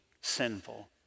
sinful